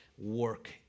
work